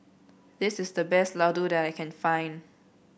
this is the best laddu that I can find